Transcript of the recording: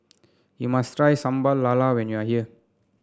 you must try Sambal Lala when you are here